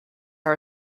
are